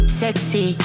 sexy